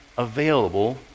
available